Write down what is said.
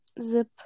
zip